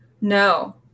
no